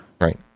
Right